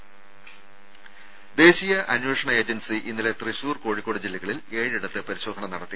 രംഭ ദേശീയ അന്വേഷണ ഏജൻസി ഇന്നലെ തൃശൂർ കോഴിക്കോട് ജില്ലകളിൽ ഏഴിടത്ത് പരിശോധന നടത്തി